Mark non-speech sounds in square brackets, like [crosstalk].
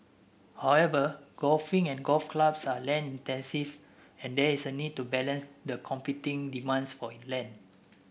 however golfing and golf clubs are land intensive and there is a need to balance the competing demands for [unintelligible] land